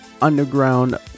underground